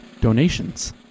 donations